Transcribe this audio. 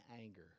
anger